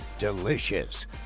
delicious